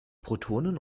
protonen